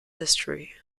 history